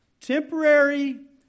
temporary